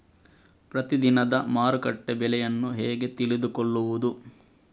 ಪ್ರತಿದಿನದ ಮಾರುಕಟ್ಟೆ ಬೆಲೆಯನ್ನು ಹೇಗೆ ತಿಳಿದುಕೊಳ್ಳುವುದು?